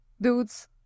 dudes